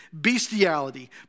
bestiality